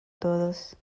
todos